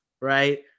right